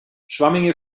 schwammige